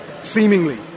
Seemingly